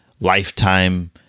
lifetime